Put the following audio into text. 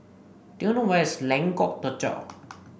do you know where is Lengkok Tujoh